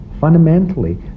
Fundamentally